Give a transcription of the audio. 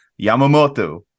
Yamamoto